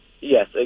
Yes